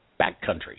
backcountry